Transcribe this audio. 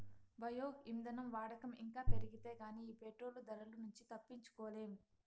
bio ఇంధనం వాడకం ఇంకా పెరిగితే గానీ ఈ పెట్రోలు ధరల నుంచి తప్పించుకోలేం